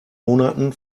monaten